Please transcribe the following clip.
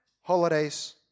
holidays